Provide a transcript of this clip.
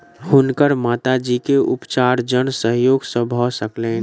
हुनकर माता जी के उपचार जन सहयोग से भ सकलैन